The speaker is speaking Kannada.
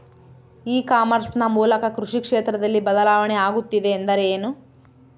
ಇ ಕಾಮರ್ಸ್ ನ ಮೂಲಕ ಕೃಷಿ ಕ್ಷೇತ್ರದಲ್ಲಿ ಬದಲಾವಣೆ ಆಗುತ್ತಿದೆ ಎಂದರೆ ಏನು?